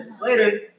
Later